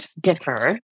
differ